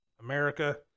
America